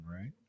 right